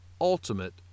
ultimate